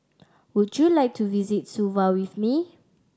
would you like to visit Suva with me